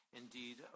indeed